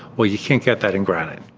well, you can't get that in granite.